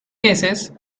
cases